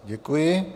Děkuji.